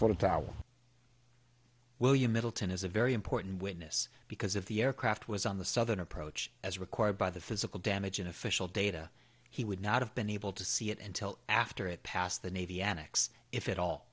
for the tower william middleton is a very important witness because of the aircraft was on the southern approach as required by the physical damage in official data he would not have been able to see it until after it passed the navy enix if it